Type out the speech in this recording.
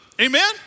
Amen